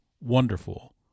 wonderful